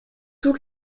tout